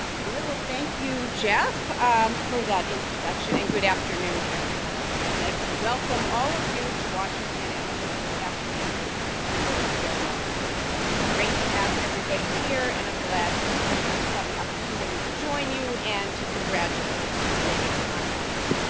good. thank you, jeff for that introduction and good afternoon, everyone. i'd like to welcome all of you to washington and to this afternoon's award ceremony. it's great to have everybody here and i'm glad to have the opportunity to join you and to congratulate today's honorees.